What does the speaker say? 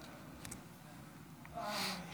תקלה.